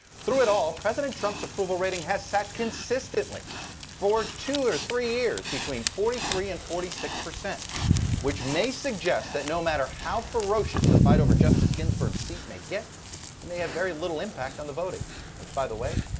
through it all president trumps approval rating has sat consistently for two or three years between forty three and forty six percent which may suggest that no matter how ferocious the fight over justice ginsburgs seat may get, it may have very little impact on the voting which by the way,